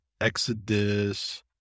Exodus